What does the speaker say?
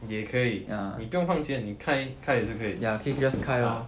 也可以你不用放钱你开也是可以 ah